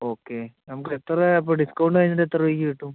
okay നമുക്ക് എത്ര അപ്പം ഡിസ്കൗണ്ട് കഴിഞ്ഞിട്ട് എത്ര രൂപയ്ക്ക് കിട്ടും